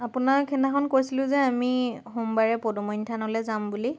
আপোনাক সেইদিনাখন কৈছিলোঁ যে আমি সোমবাৰে পদুমনি থানলৈ যাম বুলি